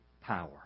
power